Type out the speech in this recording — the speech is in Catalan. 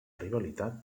rivalitat